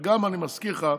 וגם, אני מזכיר לך,